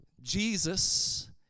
Jesus